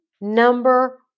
number